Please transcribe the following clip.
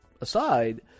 aside